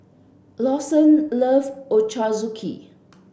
Lawson love Ochazuke